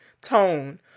tone